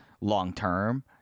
long-term